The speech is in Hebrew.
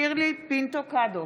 שירלי פינטו קדוש,